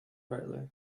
brightly